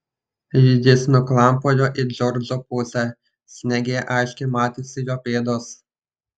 jis nuklampojo į džordžo pusę sniege aiškiai matėsi jo pėdos